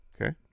Okay